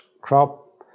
crop